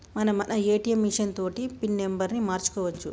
మనం మన ATM machine తోటి పిన్ నెంబర్ను మార్చుకోవచ్చు